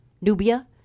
Nubia